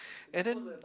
and then